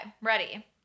ready